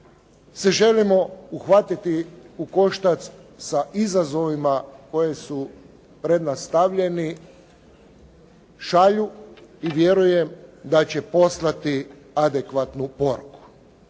se želimo uhvatiti u koštac sa izazovima koji su pred nas stavljeni šalju i vjerujem da će poslati adekvatnu poruku.